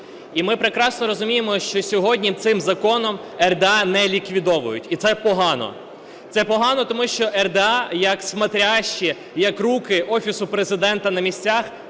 І ми прекрасно розуміємо, що сьогодні цим законом РДА не ліквідовують і це погано. Це погано, тому що РДА як смотрящие, як руки Офісу Президента на місцях